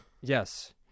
Yes